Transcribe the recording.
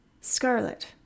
Scarlet